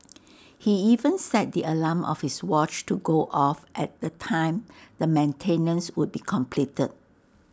he even set the alarm of his watch to go off at the time the maintenance would be completed